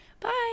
Bye